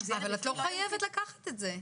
--- אבל את לא חייבת לקחת את זה.